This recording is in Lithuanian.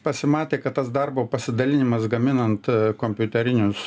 pasimatė kad tas darbo pasidalinimas gaminant kompiuterinius